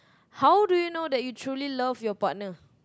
how do you know that you truly love your partner